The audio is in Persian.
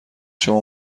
شما